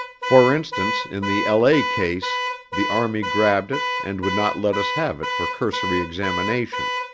for instance in the la. case the army grabbed it and would not let us have it for cursory examination.